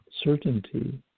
certainty